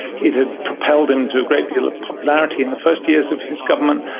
it had propelled him to a great deal of popularity in the first years of his government,